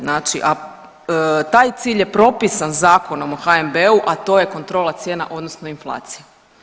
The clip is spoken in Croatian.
Znači a taj cilj je propisan Zakonom o HNB-u, a to je kontrola cijena odnosno inflacija.